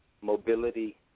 mobility